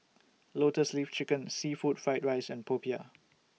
Lotus Leaf Chicken Seafood Fried Rice and Popiah